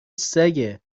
سگه